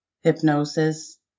hypnosis